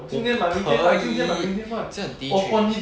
我不可以这很的确